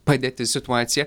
padėtis situacija